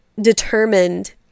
determined